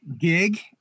gig